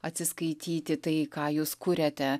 atsiskaityti tai ką jūs kuriate